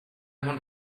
want